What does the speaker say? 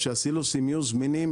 שהסילוסים יהיו זמינים,